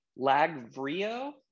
Lagvrio